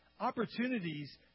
opportunities